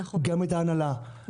גם את ההנהלה,